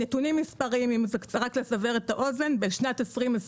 נתונים מספריים רק כדי לסבר את האוזן: בשנת 2020,